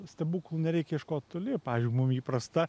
stebuklų nereik ieškot toli pavyzdžiui mum įprasta